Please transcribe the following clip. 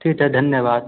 ठीक है धन्यवाद